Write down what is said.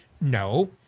No